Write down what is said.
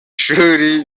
shuri